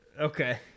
Okay